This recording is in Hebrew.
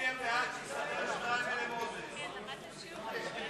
איסור ייבוא פרוות העשויות משיער